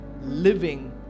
living